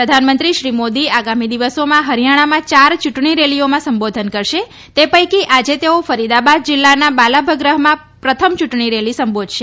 પ્રધાનમંત્રી શ્રી મોદી આગામી દિવસોમાં હરિથાણામાં યાર ચૂંટણી રેલીઓમાં સંબોધન કરશે તે પૈકી આજે તેઓ ફરીદાબાદ જિલ્લાના બાલાભગ્રહમાં પ્રથમ ચૂંટણી રેલી સંબોધશે